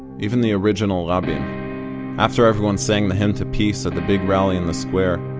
even the original rabin after everyone sang the hymn to peace at the big rally in the square,